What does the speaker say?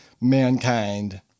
mankind